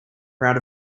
crowd